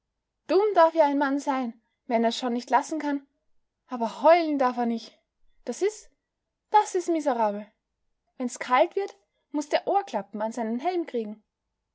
dumm darf ja ein mann sein wenn er's schon nicht lassen kann aber heulen darf er nich das is das is miserabel wenn's kalt wird muß der ohrklappen an seinen helm kriegen